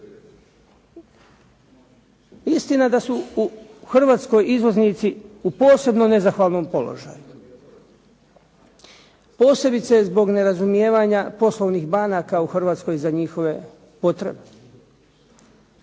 Istina je da su u Hrvatskoj izvoznici u posebno nezahvalnom položaju posebice zbog nerazumijevanja poslovnih banaka u Hrvatskoj za njihove potrebe.